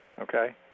okay